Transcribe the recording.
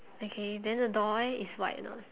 okay then the door eh is white or not